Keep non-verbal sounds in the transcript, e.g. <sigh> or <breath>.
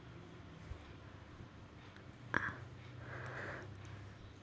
<breath>